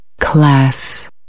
Class